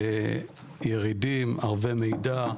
ירידים, ערבי מידע,